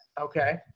Okay